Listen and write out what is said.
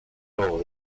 goal